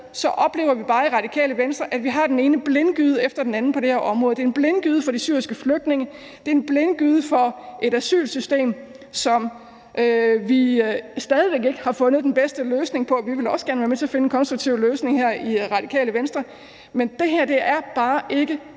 oplever vi bare i Radikale Venstre, at vi har den ene blindgyde efter den anden på det her område. Det er en blindgyde for de syriske flygtninge. Det er en blindgyde for et asylsystem, som vi stadig væk ikke har fundet den bedste løsning på. Vi vil også gerne være med til at finde en konstruktiv løsning her i Radikale Venstre, men det her er bare ikke